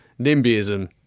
NIMBYism